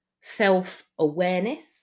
self-awareness